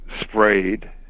sprayed